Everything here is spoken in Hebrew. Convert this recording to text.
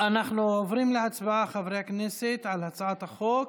חברי הכנסת, אנחנו עוברים להצבעה על הצעת החוק.